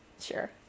Sure